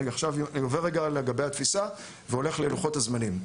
אני עובר רגע ללוחות הזמנים.